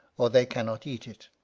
or they cannot eat it.